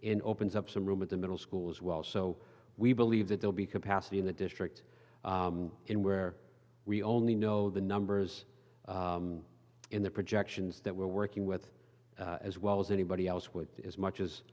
in opens up some room in the middle school as well so we believe that they'll be capacity in the district in where we only know the numbers in the projections that we're working with as well as anybody else with as much as